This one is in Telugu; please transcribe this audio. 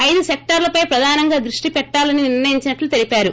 ఐదు సెక్టార్లపై ప్రధానంగా దృష్టి పెట్టాలని నిర్ణయించినట్లు తెలిపారు